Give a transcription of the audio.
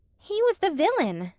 he was the villain,